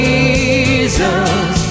Jesus